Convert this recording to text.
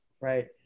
right